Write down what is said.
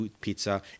Pizza